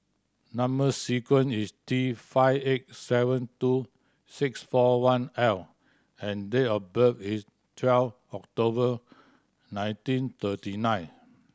number sequence is T five eight seven two six four one L and date of birth is twelve October nineteen thirty nine